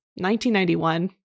1991